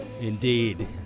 Indeed